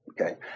okay